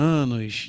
anos